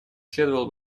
следовало